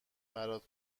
برات